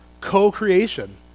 co-creation